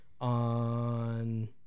on